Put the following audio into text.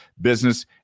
business